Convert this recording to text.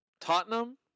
Tottenham